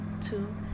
two